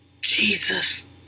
Jesus